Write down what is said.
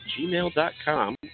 gmail.com